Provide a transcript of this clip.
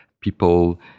people